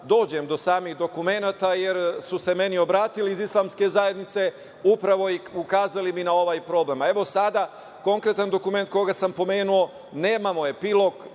dođem do samih dokumenata, jer su se meni obratili iz Islamske zajednice i ukazali mi na ovaj problem. Evo, sada konkretan dokument koji sam pomenuo, nemamo epilog